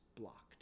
blocked